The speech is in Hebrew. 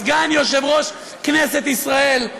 סגן יושב-ראש כנסת ישראל,